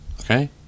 okay